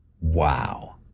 Wow